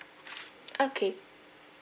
okay